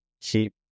keep